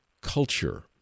culture